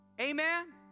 Amen